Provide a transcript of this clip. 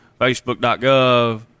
Facebook.gov